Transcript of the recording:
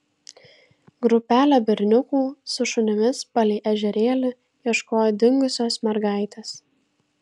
grupelė berniukų su šunimis palei ežerėlį ieškojo dingusios mergaitės